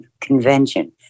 convention